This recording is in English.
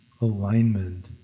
alignment